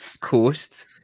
Coast